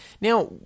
Now